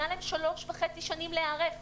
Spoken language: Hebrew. היה להם שלוש וחצי שנים להיערך.